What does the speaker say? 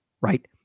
right